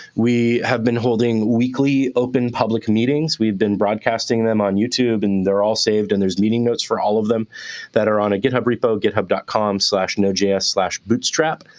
we have been holding weekly open public meetings. we've been broadcasting them on youtube. and they're all saved. and there's meeting notes for all of them that are on a github repo github com so nodejs bootstrap.